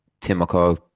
Timoko